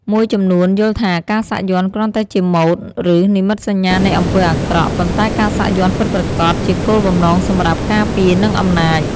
មួយចំនួនយល់ថាការសាក់យ័ន្តគ្រាន់តែជាម៉ូដ ឬនិមិត្តសញ្ញានៃអំពើអាក្រក់ ប៉ុន្តែការសាក់យ័ន្តពិតប្រាកដជាគោលបំណងសម្រាប់ ការពារ និងអំណាច។